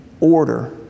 order